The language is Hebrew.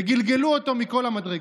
וגלגלו אותו מכל המדרגות.